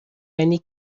many